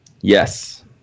yes